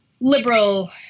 liberal